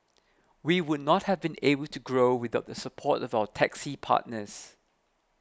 we would not have been able to grow without the support of our taxi partners